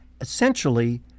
essentially